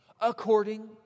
according